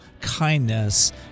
kindness